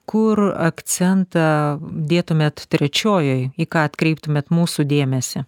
kur akcentą dėtumėt trečiojoj į ką atkreiptumėt mūsų dėmesį